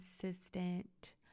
consistent